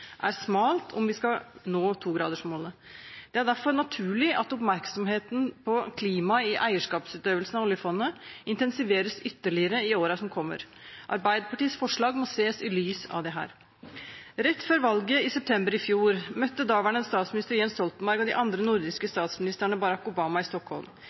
er smalt om vi skal nå togradersmålet. Det er derfor naturlig at oppmerksomheten på klima i eierskapsutøvelsen av oljefondet intensiveres ytterligere i årene som kommer. Arbeiderpartiets forslag må ses i lys av dette. Rett før valget i september i fjor møtte daværende statsminister Jens Stoltenberg og de andre nordiske statsministrene Barack Obama i Stockholm.